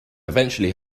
eventually